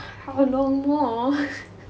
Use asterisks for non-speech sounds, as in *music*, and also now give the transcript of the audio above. how long more *laughs*